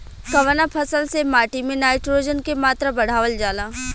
कवना फसल से माटी में नाइट्रोजन के मात्रा बढ़ावल जाला?